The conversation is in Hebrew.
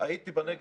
הייתי בנגב,